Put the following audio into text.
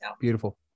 Beautiful